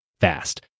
fast